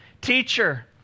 Teacher